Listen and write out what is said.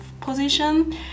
position